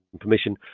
permission